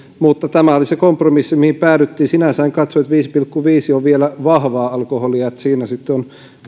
mutta tämä oli se kompromissi mihin päädyttiin sinänsä en katso että viisi pilkku viisi on vielä vahvaa alkoholia että siinä sitten on